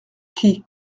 qui